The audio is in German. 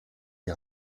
die